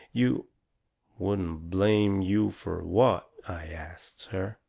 you wouldn't blame you fur what? i asts her.